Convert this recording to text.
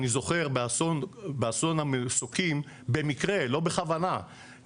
באסון המסוקים במקרה ולא בכוונה,